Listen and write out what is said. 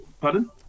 pardon